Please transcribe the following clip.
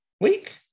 week